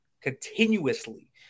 continuously